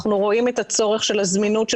אנחנו רואים את הצורך של הזמינות של